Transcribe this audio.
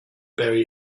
bury